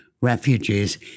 refugees